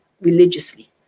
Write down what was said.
religiously